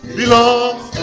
belongs